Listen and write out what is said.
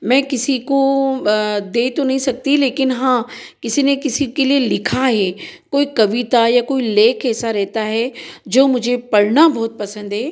मैं किसी को दे तो नहीं सकती लेकिन हाँ किसी ने किसी के लिए लिखा है कोई कविता या कोई लेख ऐसा रहता हे जो मुझे पढ़ना बहुत पसंद है